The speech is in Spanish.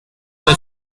una